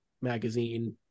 magazine